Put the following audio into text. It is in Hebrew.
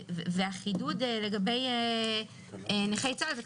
החידוד לגבי נכי צה"ל זה,